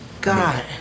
God